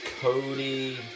Cody